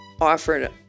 offered